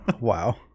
wow